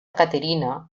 caterina